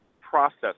process